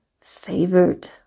favored